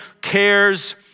cares